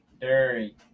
Dairy